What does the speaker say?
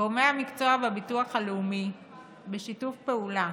גורמי המקצוע בביטוח הלאומי בשיתוף פעולה